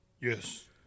Yes